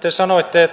te sanoitte